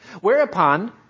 Whereupon